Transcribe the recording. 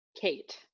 Kate